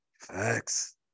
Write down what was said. Facts